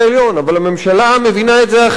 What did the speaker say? אבל הממשלה מבינה את זה אחרת,